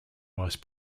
vice